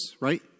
right